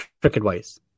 cricket-wise